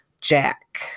jack